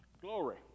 Glory